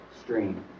stream